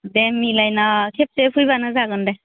दे मिलायना खेबसे फैब्लानो जागोन दे